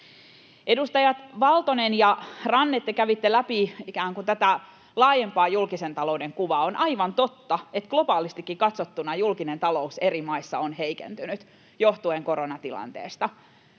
Edustajat Valtonen ja Ranne, te kävitte läpi ikään kuin tätä laajempaa julkisen talouden kuvaa. On aivan totta, että globaalistikin katsottuna julkinen talous eri maissa on heikentynyt johtuen koronatilanteesta,